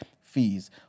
fees